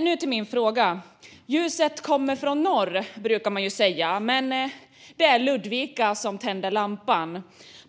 Nu till min fråga. Ljuset kommer från norr, brukar man säga, men det är Ludvika som tänder lampan.